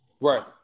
Right